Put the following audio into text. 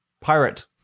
Pirate